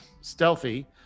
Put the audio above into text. stealthy